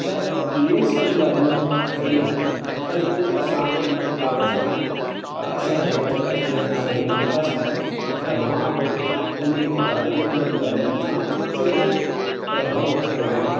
त इहे सभु ॻाल्हियूं पढ़ी अॼ ख़ुदि असां उन किताब सां असर हेठ अचण सां रही नथा सघूं त मां बि उन ई किताब जे हिननि ॻाल्हियुनि सां चङो प्रभावित थियो आहियां